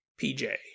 PJ